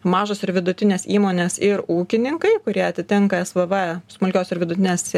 mažos ir vidutinės įmonės ir ūkininkai kurie atitinka svv smulkios ir vidutinės